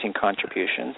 contributions